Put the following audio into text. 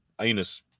anus